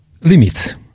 limits